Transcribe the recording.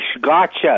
Gotcha